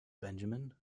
benjamin